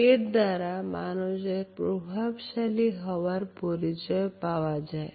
এর দ্বারা মানুষের প্রভাবশালী হওয়ার পরিচয় পাওয়া যায়